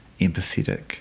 empathetic